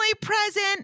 present